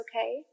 okay